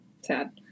sad